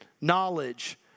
knowledge